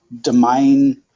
domain